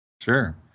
Sure